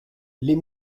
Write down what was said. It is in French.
les